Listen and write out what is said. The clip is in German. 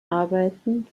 arbeiten